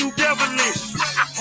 devilish